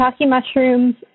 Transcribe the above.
mushrooms